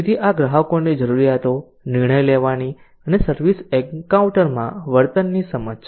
તેથી આ ગ્રાહકોની જરૂરિયાતો નિર્ણય લેવાની અને સર્વિસ એન્કાઉન્ટરમાં વર્તનની સમજ છે